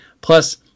Plus